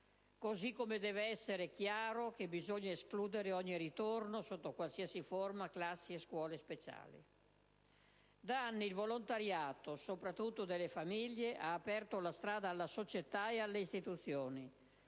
così come deve essere chiaro che bisogna escludere ogni ritorno, sotto qualsiasi forma, di classi e scuole speciali. Da anni il volontariato, soprattutto delle famiglie, ha aperto la strada alla società e alle istituzioni.